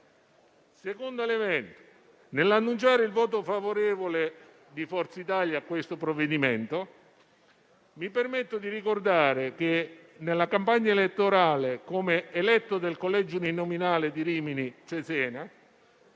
concetto che, nell'annunciare il voto favorevole di Forza Italia a questo provvedimento, mi permetto di ricordare è che nella campagna elettorale come eletto del collegio uninominale di Rimini-Cesena,